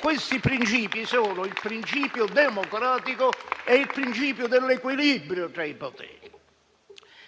Questi principi sono il principio democratico e il principio dell'equilibrio tra i poteri.